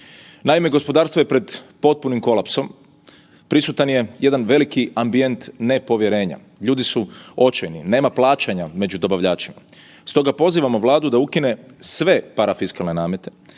Naime, gospodarstvo je pred potpunim kolapsom, prisutan je jedan veliki ambijent nepovjerenja, ljudi su očajni, nema plaćanja među dobavljačima. Stoga pozivamo Vladu da ukine sve parfiskalne namete,